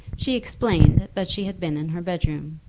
she explained that she had been in her bedroom.